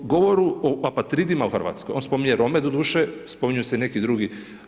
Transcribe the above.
O govoru o apatridima u Hrvatskoj, on spominje Rome, doduše, spominju se i neki drugi.